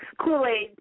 Kool-Aid